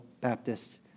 Baptists